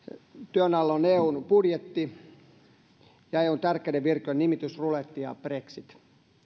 työn alla on eun budjetti ja eun tärkeiden virkojen nimitysruletti ja brexit